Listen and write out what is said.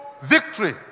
victory